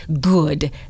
good